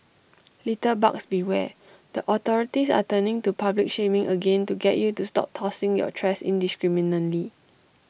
litterbugs beware the authorities are turning to public shaming again to get you to stop tossing your trash indiscriminately